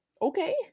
Okay